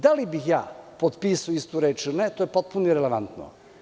Da li bih ja potpisao istu reč ili ne, to je potpuno relevantno.